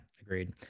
agreed